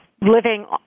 living